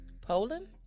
Poland